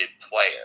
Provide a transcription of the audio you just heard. player